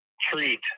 treat